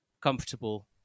comfortable